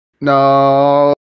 No